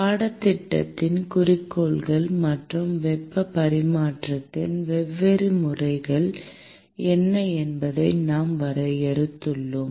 பாடத்திட்டத்தின் குறிக்கோள்கள் மற்றும் வெப்ப பரிமாற்றத்தின் வெவ்வேறு முறைகள் என்ன என்பதை நாம் வரையறுத்துள்ளோம்